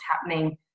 happening